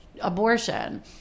abortion